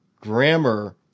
grammar